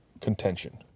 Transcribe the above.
contention